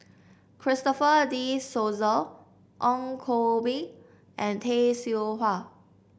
Christopher De Souza Ong Koh Bee and Tay Seow Huah